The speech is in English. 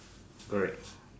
great